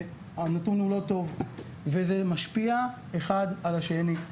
והנתון לא טוב, וזה משפיע אחד על השני.